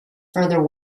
further